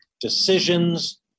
decisions